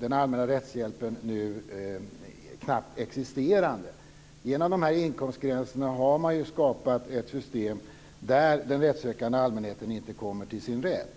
den allmänna rättshjälpen knappt existerande. Genom inkomstgränserna har man skapat ett system där den rättssökande allmänheten inte kan hävda sin rätt.